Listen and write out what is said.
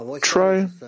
Try